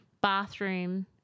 bathroom